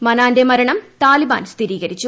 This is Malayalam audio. മനാന്റെ മരണം താലിബാൻ സ്ഥിരീകരിച്ചു